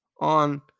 on